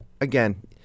again